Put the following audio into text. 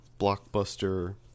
blockbuster